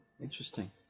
Interesting